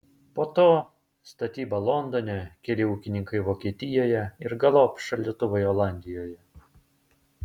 po to statyba londone keli ūkininkai vokietijoje ir galop šaldytuvai olandijoje